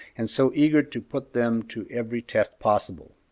and so eager to put them to every test possible.